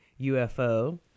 ufo